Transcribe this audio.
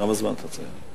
כמה זמן אתה רוצה?